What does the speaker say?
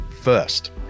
first